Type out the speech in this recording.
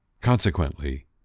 Consequently